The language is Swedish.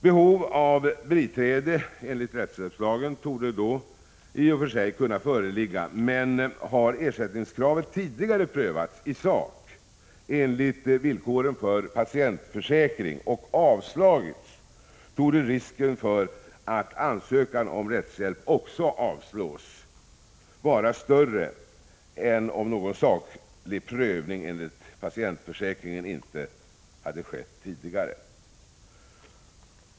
Behov av biträde enligt rättshjälpslagen torde då i och för sig kunna föreligga, men om ersättningskravet tidigare har prövats i sak enligt villkoren för patientförsäkring och avslagits, torde risken för att också ansökan om rättshjälp avslås vara större än om någon sådan saklig prövning inte hade skett tidigare.